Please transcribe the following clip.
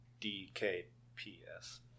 D-K-P-S